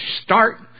start